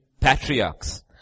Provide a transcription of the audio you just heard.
patriarchs